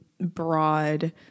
broad